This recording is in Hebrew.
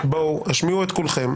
בואו, השמיעו את קולכם.